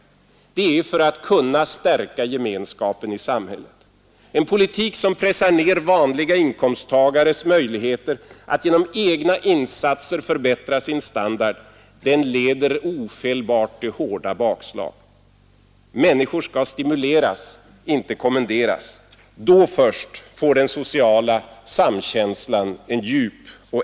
Det är för att kunna stärka gemenskapen i samhället. En politik som pressar ner vanliga inkomstta att genom egna insatser förbättra sin standard leder ofelbart till hårda bakslag. Människor skall stimuleras, inte kommenderas. Då först får den sociala samkänslan en djup och äkta förankring.